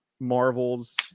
marvel's